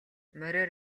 мориор